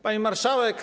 Pani Marszałek!